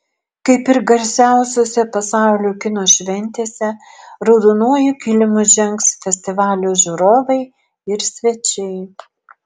kaip ir garsiausiose pasaulio kino šventėse raudonuoju kilimu žengs festivalio žiūrovai ir svečiai